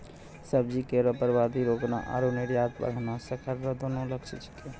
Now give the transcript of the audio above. सब्जी केरो बर्बादी रोकना आरु निर्यात बढ़ाना सरकार केरो लक्ष्य छिकै